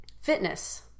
Fitness